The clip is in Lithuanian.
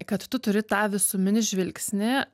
kad tu turi tą visuminį žvilgsnį